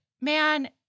man